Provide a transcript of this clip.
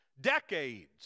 decades